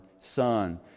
son